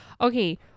Okay